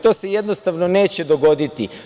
To se jednostavno neće dogoditi.